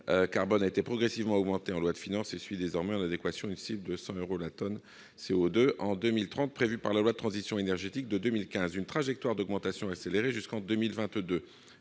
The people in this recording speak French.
carbone a été progressivement augmenté par les lois de finances et suit désormais, en adéquation avec une cible de 100 euros par tonne de CO2 en 2030 prévue par la loi de transition énergétique de 2015, une trajectoire d'augmentation accélérée jusqu'en 2022.